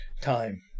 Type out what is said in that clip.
time